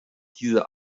diese